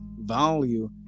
value